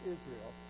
Israel